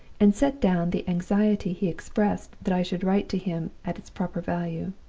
and set down the anxiety he expressed that i should write to him at its proper value.